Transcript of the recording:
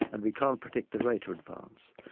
and we can't predict the rate of advance.